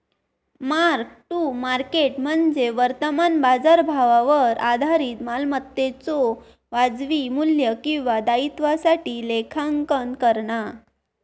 mark to market म्हणजे वर्तमान बाजारभावावर आधारित मालमत्तेच्यो वाजवी मू्ल्य किंवा दायित्वासाठी लेखांकन करणा